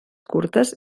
curtes